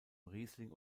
riesling